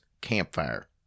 Campfire